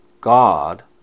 God